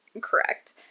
Correct